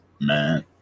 Man